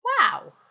Wow